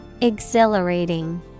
Exhilarating